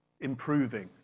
improving